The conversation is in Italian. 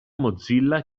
mozilla